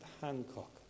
Hancock